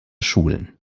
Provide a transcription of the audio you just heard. schulen